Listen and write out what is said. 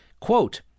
Quote